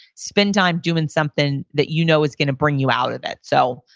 spend time doing something that you know is going to bring you out of it so,